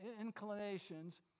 inclinations